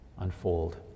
unfold